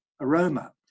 aroma